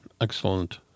excellent